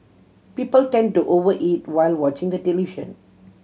people tend to over eat while watching the